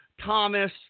Thomas